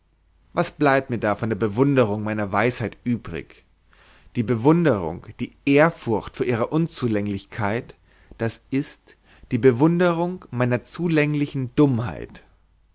was bleibt mir da von der bewunderung meiner weisheit übrig die bewunderung die ehrfurcht vor ihrer unzulänglichkeit d i die bewunderung meiner zulänglichen dummheit